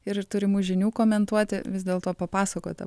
ir turimų žinių komentuoti vis dėlto papasakota